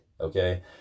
Okay